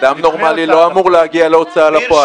אדם נורמלי לא אמור להגיע להוצאה לפועל.